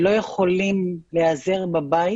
שלא יכולים להיעזר בבית